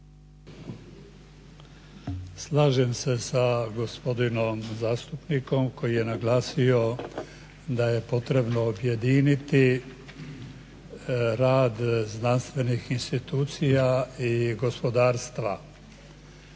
Slažem se sa gospodinom zastupnikom koji je naglasio da je potrebno objediniti rad znanstvenih institucija i gospodarstva.